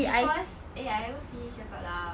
cause eh I haven't finish cakap lah